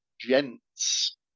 gents